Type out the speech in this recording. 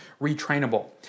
retrainable